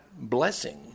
blessing